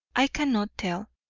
i cannot tell.